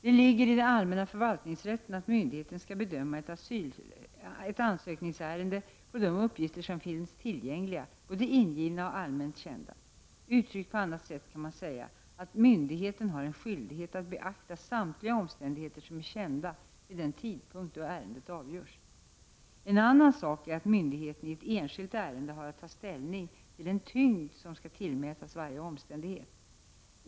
Det ligger i den allmänna förvaltningsrätten att myndigheten skall bedöma ett ansökningsärende på de uppgifter som finns tillgängliga, både ingivna och allmänt kända. Uttryckt på annat sätt kan man säga att myndigheten har en skyldighet att beakta samtliga omständigheter som är kända vid den tidpunkt då ärendet avgörs. En annan sak är att myndigheten i ett enskilt ärende har att ta ställning till den tyngd som skall tillmätas varje omständighet.